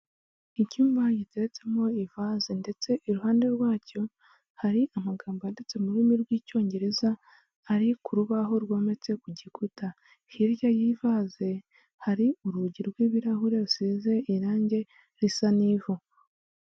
Icyumba giteretsemo ivaze ndetse iruhande rwacyo hari amagambo yanditse mu rurimi rw'icyongereza ari ku rubaho rwometse ku gikuta, hirya y'ivaze hari urugi rw'ibirahure rusize irangi risa n'ivu.